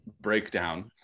breakdown